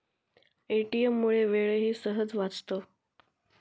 ATM मुळे वेळही सहज वाचतो